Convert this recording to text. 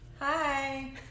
Hi